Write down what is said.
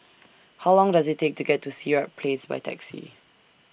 How Long Does IT Take to get to Sirat Place By Taxi